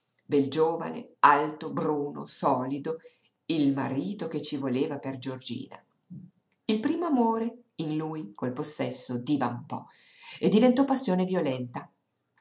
bel giovane alto bruno solido il marito che ci voleva per giorgina il primo amore in lui col possesso divampò diventò passione violenta